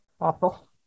Awful